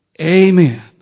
Amen